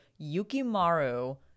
Yukimaru